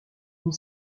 une